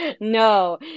no